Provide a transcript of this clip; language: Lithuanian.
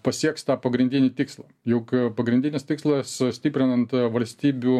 pasieks tą pagrindinį tikslą juk pagrindinis tikslas stiprinant valstybių